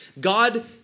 God